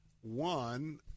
one